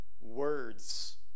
words